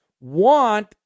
want